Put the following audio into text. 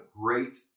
great